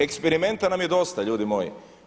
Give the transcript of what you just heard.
Eksperimenta nam je dosta ljudi moji.